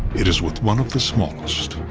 it is with one of the smallest.